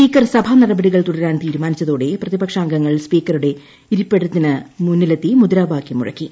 speaker ്സ്ട്രാ ്നടപടികൾ തുടരാൻ തീരുമാനിച്ചതോടെ പ്രതിപക്ഷ അംഗങ്ങൾ സ്പീക്കറുടെ ഇരിപ്പിടത്തിന് മുന്നില്ലെത്തി മുദ്രാവാക്യം മുഴക്കി